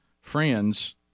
friends –